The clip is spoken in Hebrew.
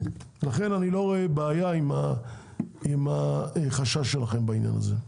לכן אני לא רואה בעיה עם החשש שלכם בעניין הזה.